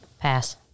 Pass